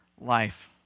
life